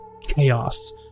chaos